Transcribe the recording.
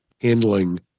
handling